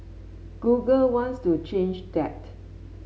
Google wants to change that